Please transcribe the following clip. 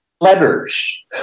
letters